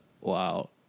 wow